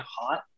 hot